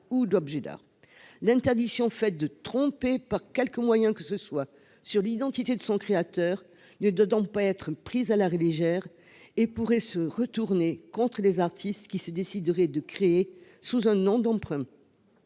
L'interdiction faite de tromper par quelque moyen que ce soit sur l'identité du créateur ne doit pas être prise à la légère, car elle pourrait se retourner contre les artistes qui se décideraient à créer sous un nom d'emprunt.